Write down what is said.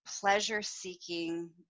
pleasure-seeking